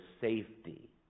safety